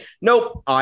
Nope